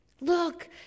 Look